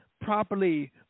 properly